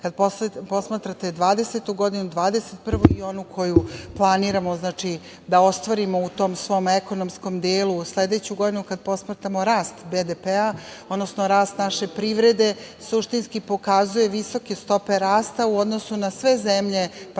kada posmatrate 2020, 2021. godinu i onu koju planiramo da ostvarimo u tom svom ekonomskom delu, kada posmatramo rast BDP, odnosno rast naše privrede, suštinski pokazuje visoke stope rasta u odnosu na sve zemlje,